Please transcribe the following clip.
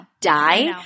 die